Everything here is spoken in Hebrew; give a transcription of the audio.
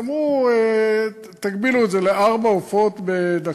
ואמרו: תגבילו את זה לארבעה עופות בדקה.